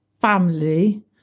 family